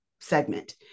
segment